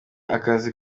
akazi